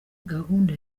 gahunda